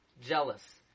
jealous